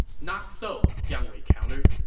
not so, jiang wei countered.